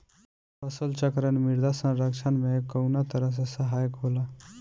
फसल चक्रण मृदा संरक्षण में कउना तरह से सहायक होला?